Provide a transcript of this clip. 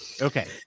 Okay